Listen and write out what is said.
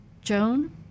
Joan